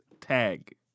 tag